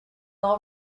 all